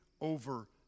over